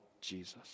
Jesus